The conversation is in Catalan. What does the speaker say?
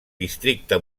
districte